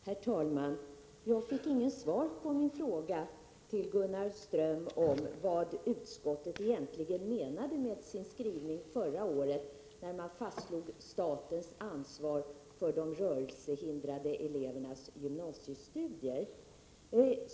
Herr talman! Jag fick inget svar på min fråga till Gunnar Ström om vad utskottet egentligen menade med sin skrivning förra året, då man slog fast statens ansvar för de rörelsehindrade elevernas gymnasiestudier.